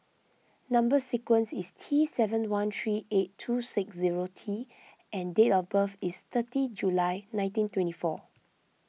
Number Sequence is T seven one three eight two six zero T and date of birth is thirty July nineteen twenty four